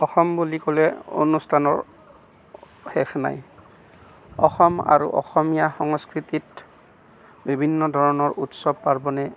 অসম বুলি ক'লে অনুষ্ঠানৰ শেষ নাই অসম আৰু অসমীয়া সংস্কৃতিত বিভিন্ন ধৰণৰ উৎসৱ পাৰ্বণে